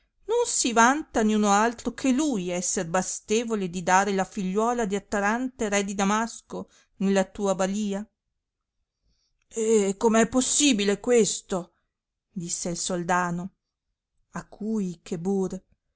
non si vanta niuno altro che lui esser bastevole di dare la figliuola di attarante re di damasco nella tua balìa e com è possibile questo disse il soldano a cui chebur